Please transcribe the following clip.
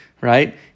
right